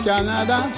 Canada